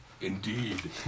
Indeed